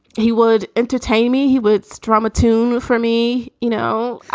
he would entertain me. he would say drama. tune for me. you know,